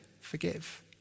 forgive